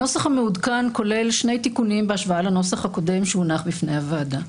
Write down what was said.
הנוסח המעודכן כולל שני תיקונים בהשוואה לנוסח הקודם שהונח בפני הוועדה.